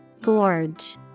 Gorge